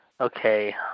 Okay